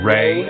Ray